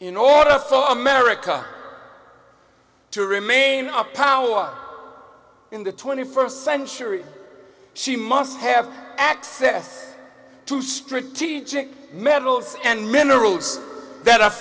in order for america to remain up power in the twenty first century she must have access to strategic metals and minerals that